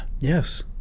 Yes